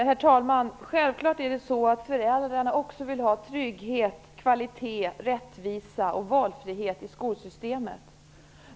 Herr talman! Föräldrarna vill självklart också ha trygghet, kvalitet, rättvisa och valfrihet i skolsystemet.